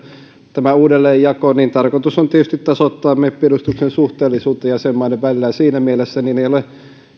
tämän uudelleenjaon tarkoitus on tietysti tasoittaa meppiedustuksen suhteellisuutta jäsenmaiden välillä siinä mielessä ei ole